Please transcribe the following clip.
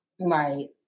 right